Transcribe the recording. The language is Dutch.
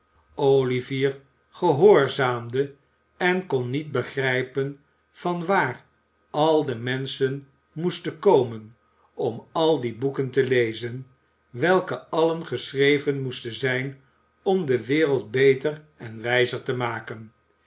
olivier gehoorzaamde en kon niet begrijpen van waar al de menschen moesten komen om al die boeken te lezen welke allen geschreven moesten zijn om de wereld beter en wijzer te maken